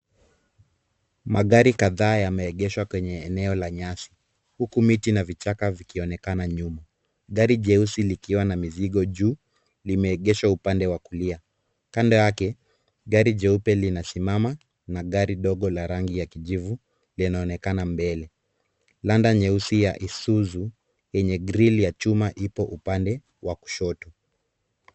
Magari kadhaa yameegeshwa kwenye eneo la nyasi. Huku miti na vichaka vikionekana nyuma. Gari jeusi likiwa na mizigo juu, limeegeshwa upande wa kulia. Kando yake, gari jeupe linasimama na gari dogo la rangi ya kijivu linaonekana mbele. Landa nyeusi ya Isuzu yenye grili ya chuma ipo upande wa kushoto.